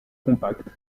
compact